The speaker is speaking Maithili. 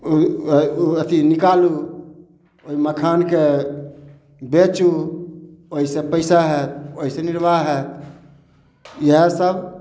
अथी निकालू ओहि मखान के बेचू ओइ से पैसा हएत ओइ से निरबाह हएत इहए सब